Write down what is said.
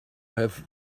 have